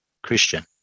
Christian